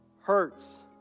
hurts